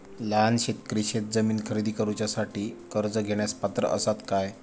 लहान शेतकरी शेतजमीन खरेदी करुच्यासाठी कर्ज घेण्यास पात्र असात काय?